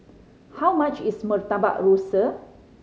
how much is Murtabak Rusa